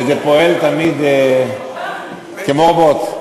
וזה פועל תמיד כמו רובוט.